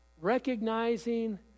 recognizing